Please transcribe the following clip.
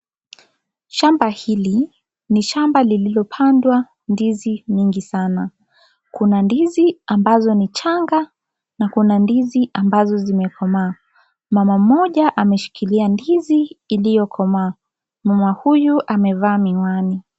Shamba hili ni shamba lililopandwa ndizi nyingi sana, kuna ndizi ambazo ni changa na kuna ndizi ambazo zimekomaa, mama mmoja ameshikilia ndizi iliyokomaa, mama huyu amevaa miwani.